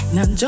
Now